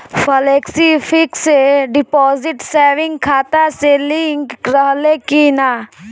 Flexi fix deposit saving खाता से link रहले कि ना?